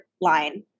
line